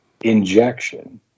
injection